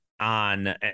on